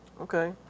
Okay